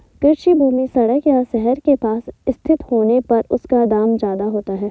कृषि भूमि सड़क या शहर के पास स्थित होने पर उसका दाम ज्यादा होता है